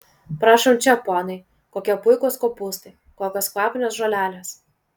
prašom čia ponai kokie puikūs kopūstai kokios kvapnios žolelės